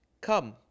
Come